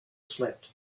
slept